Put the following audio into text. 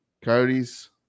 Coyotes